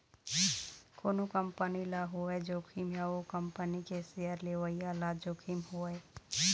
कोनो कंपनी ल होवय जोखिम या ओ कंपनी के सेयर लेवइया ल जोखिम होवय